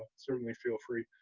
certainly feel free.